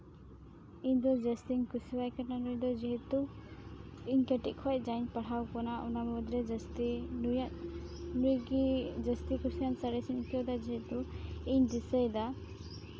ᱤᱧ ᱫᱚ ᱡᱟᱥᱛᱤᱧ ᱠᱩᱥᱤᱣᱟᱭ ᱠᱟᱱᱟ ᱱᱩᱭ ᱫᱚ ᱡᱮᱦᱮᱛᱩ ᱤᱧ ᱠᱟᱹᱴᱤᱡ ᱠᱷᱚᱡ ᱡᱟᱧ ᱯᱟᱲᱦᱟᱣ ᱠᱟᱱᱟ ᱚᱱᱟ ᱢᱩᱫᱽᱨᱮ ᱡᱟᱹᱥᱛᱤ ᱱᱩᱭᱟᱜ ᱱᱩᱭᱜᱮ ᱡᱟᱥᱛᱤ ᱠᱩᱥᱤᱭᱟᱱ ᱥᱟᱬᱮᱥᱤᱧ ᱟᱹᱭᱠᱟᱹᱣᱫᱟ ᱡᱮᱦᱮᱛᱩ ᱤᱧ ᱫᱤᱥᱟᱹᱭᱫᱟ